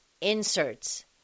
inserts